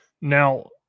Now